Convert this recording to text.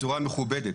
בצורה מכובדת.